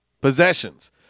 Possessions